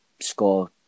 score